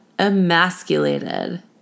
Emasculated